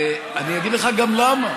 ואני אגיד לך גם למה.